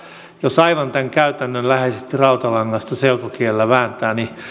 tämän aivan käytännönläheisesti rautalangasta selkokielelle vääntää